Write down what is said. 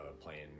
playing